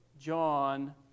John